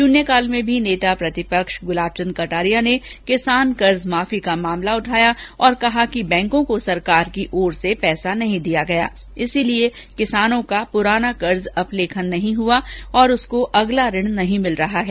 शून्यकाल में भी नेता प्रतिपक्ष गुलाब चंद कटारिया ने किसान कर्ज माफी का मामला उठाया और कहा कि बैंकों को सरकार की ओर से पैसा नहीं दिया गया इसलिए किसान का पुराना कर्ज अपलेखन नहीं हुआ और उसको अगला ऋण नहीं मिल रहा हैं